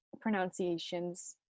pronunciations